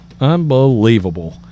Unbelievable